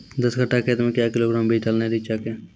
दस कट्ठा खेत मे क्या किलोग्राम बीज डालने रिचा के?